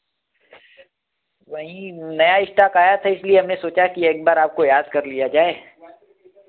वहीं नया इश्टाक आया था इसलिए हमने सोचा कि एक बार आपको याद कर लिया जाए